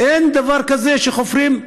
אין דבר כזה שחופרים,